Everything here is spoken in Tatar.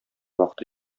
вакыты